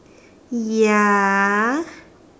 ya